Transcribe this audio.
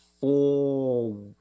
four